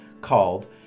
called